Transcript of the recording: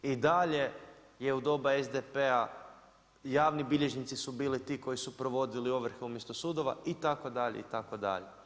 I dalje je u doba SDP-a javni bilježnici su bili ti koji su provodili ovrhe umjesto sudova, itd., itd.